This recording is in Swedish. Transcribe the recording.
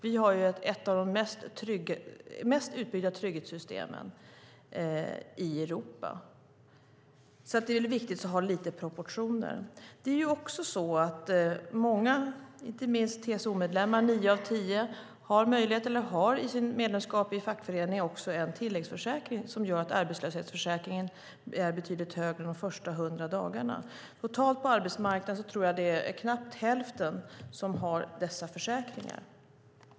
Vi har ett av de mest utbyggda trygghetssystemen i Europa. Det är viktigt att ha lite proportioner. Många, inte minst TCO-medlemmar - nio av tio - har möjlighet till en tilläggsförsäkring eller har genom medlemskap i fackföreningen en tilläggsförsäkring som gör att arbetslöshetsförsäkringen är betydligt högre de första hundra dagarna. Jag tror att det på arbetsmarknaden är knappt hälften som har dessa försäkringar.